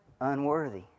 Unworthy